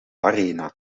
arena